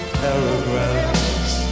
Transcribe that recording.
paragraphs